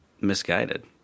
misguided